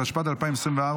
התשפ"ד 2024,